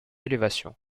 élévation